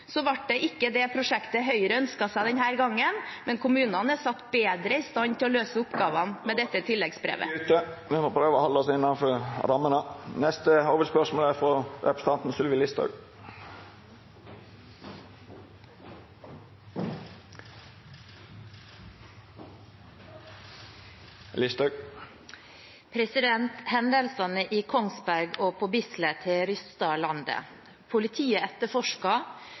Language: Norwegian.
Så ble det ikke det prosjektet Høyre ønsket seg denne gangen, men kommunene er satt bedre i stand til å løse oppgavene etter tilleggsproposisjonen. Då er tida ute. Presidenten håpar me kan halda oss innanfor rammene. Me går til neste hovudspørsmål. Hendelsene i Kongsberg og på Bislett har rystet landet. Politiet